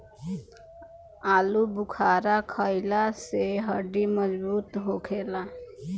आलूबुखारा खइला से हड्डी मजबूत होखेला